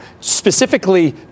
specifically